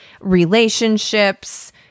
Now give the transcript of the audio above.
relationships